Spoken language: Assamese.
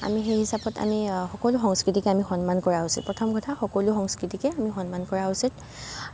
আমি সেই হিচাপত আমি সকলো সংস্কৃতিকে আমি সন্মান কৰা উচিত প্ৰথম কথা সকলো সংস্কৃতিকে আমি সন্মান কৰা উচিত